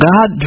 God